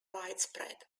widespread